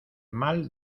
mal